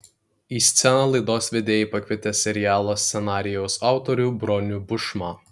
į sceną laidos vedėjai pakvietė serialo scenarijaus autorių bronių bušmą